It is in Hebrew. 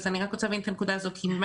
אז אני רק רוצה להבין את הנקודה הזאת כי מה